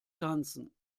tanzen